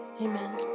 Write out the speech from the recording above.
Amen